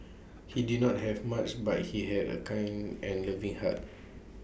he did not have much but he had A kind and loving heart